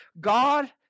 God